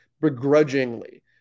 begrudgingly